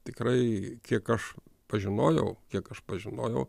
tikrai kiek aš pažinojau kiek aš pažinojau